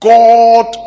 God